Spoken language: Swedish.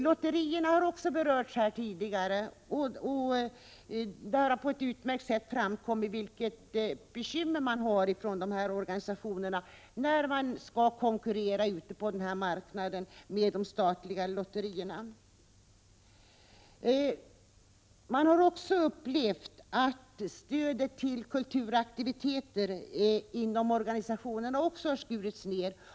Lotterierna har också berörts här tidigare, och det har då på ett utmärkt sätt framkommit vilka bekymmer organisationerna har då de skall konkurrera ute på marknaden med de statliga lotterierna. Organisationerna har även upplevt att stödet till kulturaktiviteter har skurits ned.